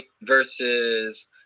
versus